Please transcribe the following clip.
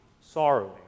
sorrowing